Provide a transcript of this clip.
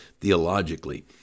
theologically